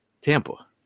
Tampa